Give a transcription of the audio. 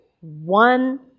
one